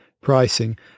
pricing